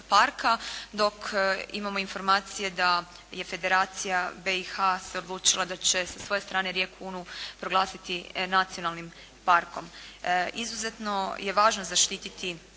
dok imamo informacije da je federacija BiH se odlučila da će sa svoje strane rijeku Unu proglasiti nacionalnim parkom. Izuzetno je važno zaštititi